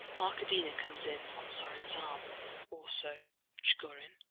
arkadina comes in on sorin's arm also trigorin,